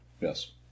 Yes